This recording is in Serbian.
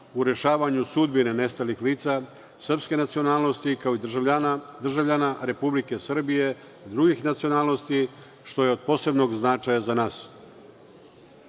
u rešavanju sudbine nestalih lica srpske nacionalnosti, kao i državljana Republike Srbije drugih nacionalnosti, što je od posebnog značaja za